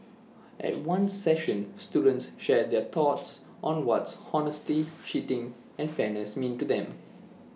at one session students shared their thoughts on what honesty cheating and fairness mean to them